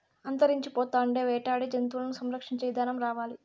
అంతరించిపోతాండే వేటాడే జంతువులను సంరక్షించే ఇదానం రావాలి